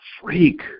freak